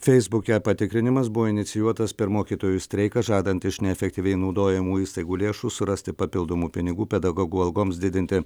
feisbuke patikrinimas buvo inicijuotas per mokytojų streiką žadant iš neefektyviai naudojamų įstaigų lėšų surasti papildomų pinigų pedagogų algoms didinti